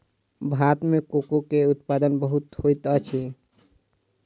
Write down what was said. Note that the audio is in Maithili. भारत में कोको के उत्पादन बहुत होइत अछि